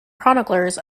chroniclers